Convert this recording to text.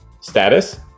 status